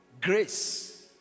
grace